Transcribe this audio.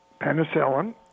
penicillin